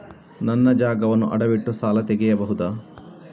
ನನ್ನ ಜಾಗವನ್ನು ಅಡವಿಟ್ಟು ಸಾಲ ತೆಗೆಯಬಹುದ?